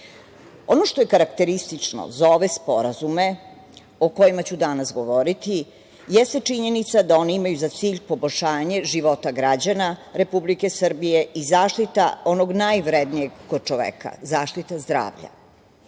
što je karakteristično za ove sporazume o kojima ću danas govoriti, jeste činjenica da oni imaju za cilj poboljšanje života građana Republike Srbije i zaštita onog najvrednijeg kod čoveka - zaštite zdravlja.